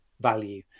value